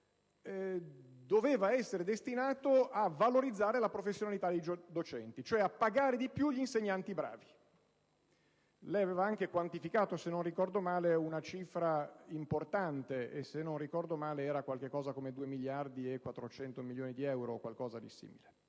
doveva essere destinato a valorizzare la professionalità dei docenti, cioè a pagare di più gli insegnanti bravi. Lei aveva anche quantificato - se non ricordo male - una cifra importante, qualcosa come 2 miliardi e 400 milioni di euro o qualcosa di simile.